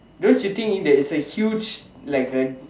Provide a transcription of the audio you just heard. don't you think that is a huge like a